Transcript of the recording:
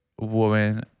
woman